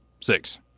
Six